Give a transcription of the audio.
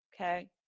okay